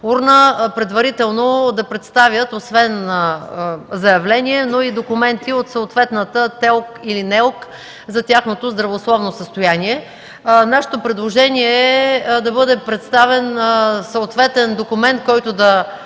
урна, предварително да представят заявления и документи от ТЕЛК или НЕЛК за тяхното здравословно състояние. Нашето предложение е да бъде представен съответен документ, който да